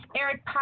Eric